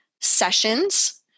sessions